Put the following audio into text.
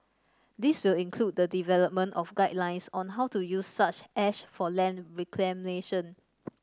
this will include the development of guidelines on how to use such ash for land reclamation